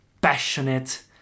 passionate